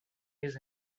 his